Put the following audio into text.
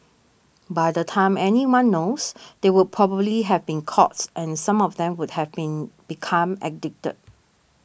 by the time anyone knows they would probably have been caughts and some of them would have been become addicted